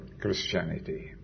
Christianity